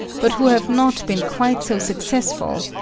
but who have not been quite so successful,